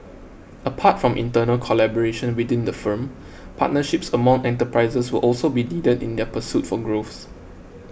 apart from internal collaboration within the firm partnerships among enterprises will also be needed in their pursuit for growth